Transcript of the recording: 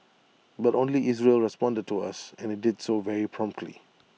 but only Israel responded to us and IT did so very promptly